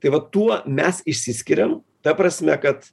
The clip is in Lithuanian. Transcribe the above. tai va tuo mes išsiskiriam ta prasme kad